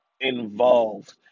involved